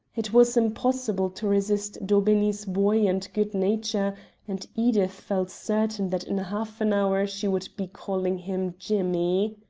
it was impossible to resist daubeney's buoyant good nature, and edith felt certain that in half an hour she would be calling him jimmy.